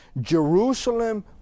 Jerusalem